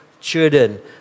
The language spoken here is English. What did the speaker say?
children